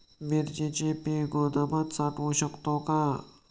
मिरचीचे पीक गोदामात साठवू शकतो का?